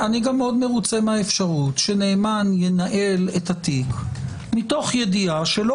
אני גם מאוד מרוצה מהאפשרות שהנאמן ינהל את התיק מתוך ידיעה שלא